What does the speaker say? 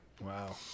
Wow